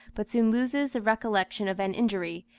but soon loses the recollection of an injury,